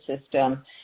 system